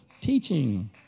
Teaching